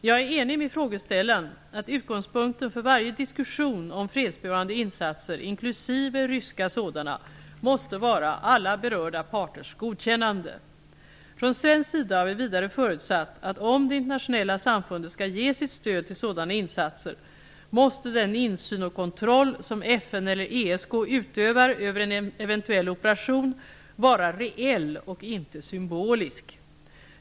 Jag är enig med frågeställaren att utgångspunkten för varje diskussion om fredsbevarande insatser, inklusive ryska sådana, måste vara alla berörda parters godkännande. Från svensk sida har vi vidare förutsatt att om det internationella samfundet skall ge sitt stöd till sådana insatser måste den insyn och kontroll som FN eller ESK utövar över en eventuell operation vara reell och inte symbolisk.